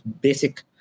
basic